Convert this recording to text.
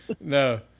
No